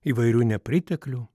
įvairių nepriteklių